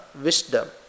wisdom